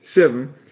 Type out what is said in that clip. seven